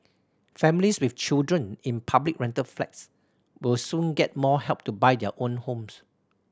families with children in public rental flats will soon get more help to buy their own homes